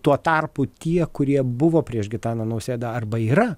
tuo tarpu tie kurie buvo prieš gitaną nausėdą arba yra